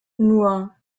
nur